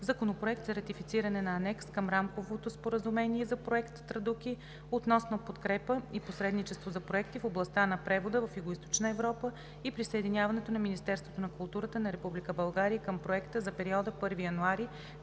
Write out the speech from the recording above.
Законопроект за ратифициране на Анекс към Рамковото споразумение за Проект „Традуки“ относно подкрепа и посредничество за проекти в областта на превода в Югоизточна Европа и присъединяването на Министерството на културата на Република България към проекта за периода 1 януари